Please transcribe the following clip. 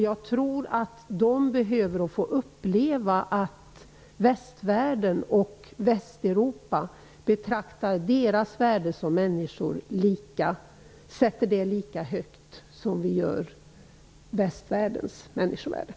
Jag tror att de behöver uppleva att västvärlden och Västeuropa sätter deras människovärde lika högt som människornas i västvärlden.